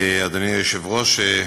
אדוני היושב-ראש,